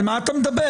על מה אתה מדבר?